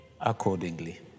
accordingly